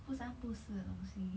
不三不四的东西